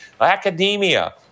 academia